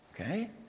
Okay